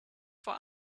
for